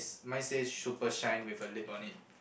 s~ mine said super shine with a lip on it